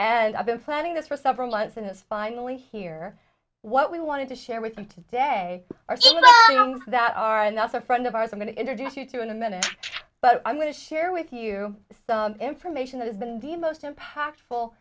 and i've been planning this for several months in a spinal way here what we wanted to share with them today are some of the young that are and that's a friend of ours i'm going to introduce you to in a minute but i'm going to share with you the information that has been the most impactful